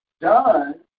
done